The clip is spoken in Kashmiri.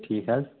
ٹھیٖک حظ